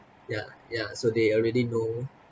yeah yeah so they already know